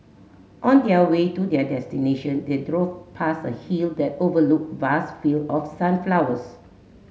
on the a way to their destination they drove past a hill that overlooked vast fields of sunflowers